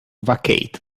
vacate